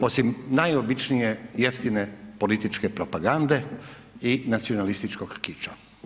Osim najobičnije, jeftine političke propagande i nacionalističkog kiča.